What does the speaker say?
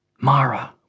Mara